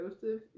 Joseph